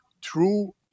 true